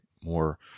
more